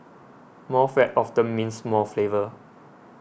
more fat often means more flavour